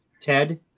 Ted